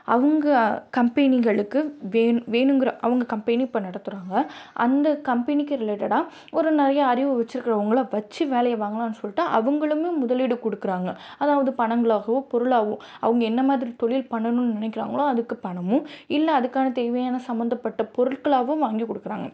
அவங்க கம்பெனிகளுக்கு வேண் வேணுங்கிற அவங்க கம்பெனி இப்போ நடத்துகிறாங்க அந்த கம்பெனிக்கு ரிலேட்டடா ஒரு நிறையா அறிவு வச்சிருக்கவங்கள வச்சு வேலையை வாங்கலாம்னு சொல்லிட்டு அவங்களுமே முதலீடு கொடுக்குறாங்க அதாவது பணங்களாகவோ பொருளாகவோ அவங்க என்ன மாதிரி தொழில் பண்ணணும்னு நினைக்கிறாங்களோ அதுக்கு பணமும் இல்லை அதுக்கான தேவையான சம்மந்தப்பட்ட பொருட்களாகவும் வாங்கி கொடுக்குறாங்க